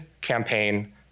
campaign